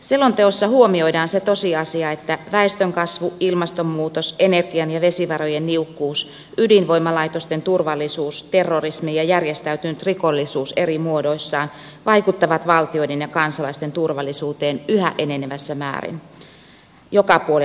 selonteossa huomioidaan se tosiasia että väestönkasvu ilmastonmuutos energian ja vesivarojen niukkuus ydinvoimalaitosten turvallisuus terrorismi ja järjestäytynyt rikollisuus eri muodoissaan vaikuttavat valtioiden ja kansalaisten turvallisuuteen yhä enenevässä määrin joka puolella maailmaa